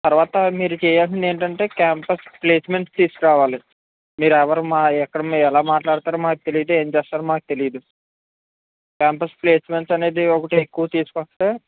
తరువాత మీరు చేయాల్సింది ఏంటంటే క్యాంపస్ ప్లేస్మెంట్ తీసుకురావాలి మీరు ఎవరు మా ఎక్కడ ఎలా మాట్లాడుతారో మాకు తెలీదు ఏం చేస్తారో మాకు తెలీదు క్యాంపస్ ప్లేస్మెంట్ అనేది ఒకటి ఎక్కువ తీసుకొస్తే